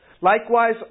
Likewise